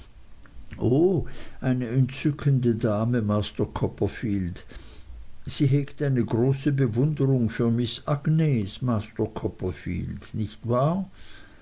o eine entzückende dame master copperfield sie hegt eine große bewunderung für miß agnes master copperfield nicht wahr